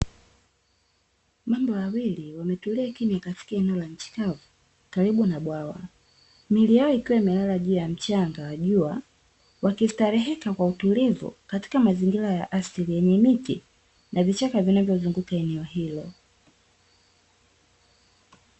Mamba wawili wametulia kimya katika eneo la nchi kavu karibu na bwawa, miili yao ikiwa imelala juu ya mchanga wa jua wakistareheka kwa utulivu katika mazingira ya asili yenye miti na vichaka vilivyozunguka eneo hilo.